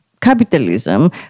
capitalism